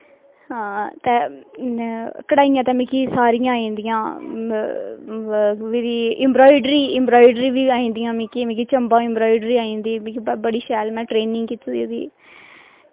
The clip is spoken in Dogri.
हां ते कड़ाहियां ते मिगी सारियां आई जंदियां फिरी इंम्बराडरी बी आई जंदियां मिगी चम्बा इंम्बराईडरी आई जंदी मिगी बड़ी शैल ट्रैनिंग कीती दी ओह्दी